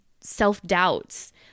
self-doubts